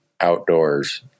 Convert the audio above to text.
outdoors